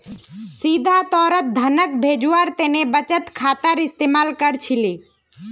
सीधा तौरत धनक भेजवार तने बचत खातार इस्तेमाल कर छिले